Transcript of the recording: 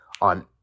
on